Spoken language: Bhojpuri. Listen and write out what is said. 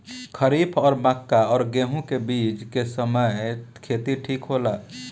खरीफ और मक्का और गेंहू के बीच के समय खेती ठीक होला?